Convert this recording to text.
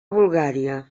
bulgària